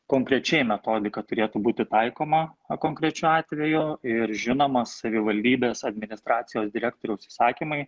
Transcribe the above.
konkrečiai metodika turėtų būti taikoma konkrečiu atveju ir žinoma savivaldybės administracijos direktoriaus įsakymai